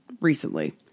recently